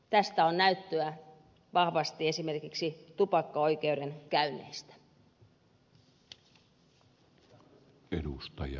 tästä on näyttöä vahvasti esimerkiksi tupakkaoikeudenkäynneistä